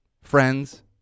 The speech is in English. Friends